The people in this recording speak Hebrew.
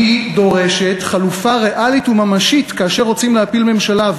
דורשת חלופה ריאלית וממשית כאשר רוצים להפיל ממשלה,